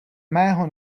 mého